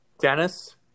Dennis